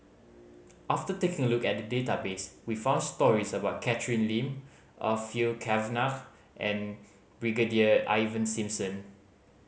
after taking a look at the database we found stories about Catherine Lim Orfeur Cavenagh and Brigadier Ivan Simson